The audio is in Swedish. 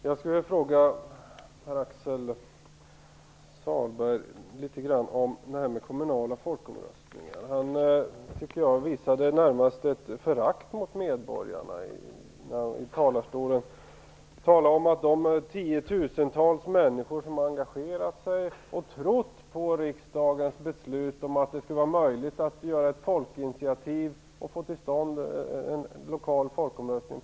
Fru talman! Jag skulle vilja fråga Pär-Axel Sahlberg om kommunala folkomröstningar. Han visade, tycker jag, närmast ett förakt för medborgarna när han talade om att de tiotusentals människor som engagerat sig och som trott på riksdagens beslut om att det skulle vara möjligt att ta ett folkinitiativ och på det sättet få till stånd en lokal folkomröstning.